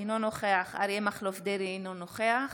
אינו נוכח אריה מכלוף דרעי, אינו נוכח